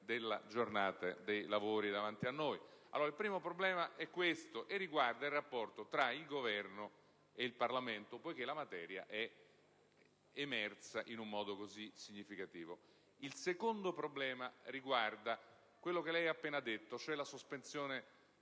della senatrice Sbarbati).* Il primo problema è questo, e riguarda il rapporto tra il Governo e il Parlamento, poiché la materia è emersa in un modo così significativo. Il secondo problema riguarda quello che lei ha appena detto, cioè l'accantonamento